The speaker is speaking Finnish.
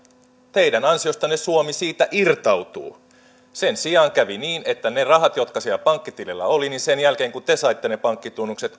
teidän ansiostanne suomi siitä irtautuu sen sijaan kävi niin että ne rahat jotka siellä pankkitilillä olivat ovat vasta lähteneet eteenpäin sen jälkeen kun te saitte ne pankkitunnukset